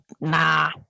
Nah